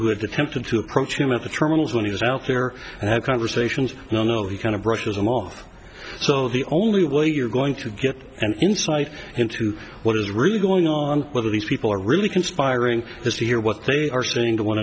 who have attempted to approach him at the terminals when he was out there and have conversations no no he kind of brushes him off so the only way you're going to get an insight into what is really going on with all these people are really conspiring is to hear what they are saying to one